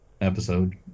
episode